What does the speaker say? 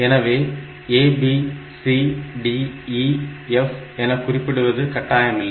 எனவே A B C D E F என குறிப்பிடுவது கட்டாயமில்லை